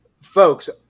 folks